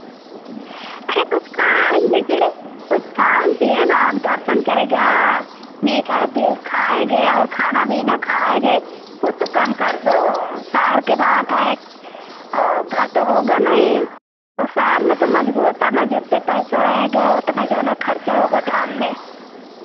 अरे कुछ खान जैसे कुछ खान पिएन आप दर्शन करेगा मीठा तेल खाएंगे और खाना पीना खाएंगे कुछ तो कम कर दो शहर की बात है और घर तो होगा नहीं तो शहर में तो मजबूर पना जेतेक पैसा रहेंगे ओतनै जाैनो खर्चाै होगा धाम में